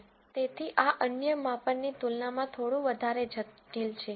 તેથી આ અન્ય માપનની તુલનામાં થોડું વધારે જટિલ છે